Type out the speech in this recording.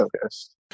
focused